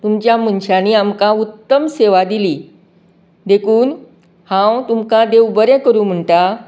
तुमच्या मनशांनी आमकां उत्तम सेवा दिली देखून हांव तुमकां देव बरें करूं म्हणटा